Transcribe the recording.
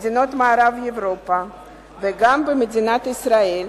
מדינות מערב-אירופה וגם מדינת ישראל,